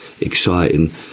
exciting